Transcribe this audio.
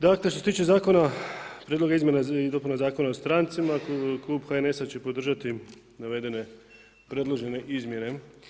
Dakle što se tiče zakona, Prijedloga izmjena i dopuna Zakona o strancima, Klub HNS-a će podržati navedene predložene izmjene.